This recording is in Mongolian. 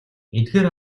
эдгээр